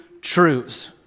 truths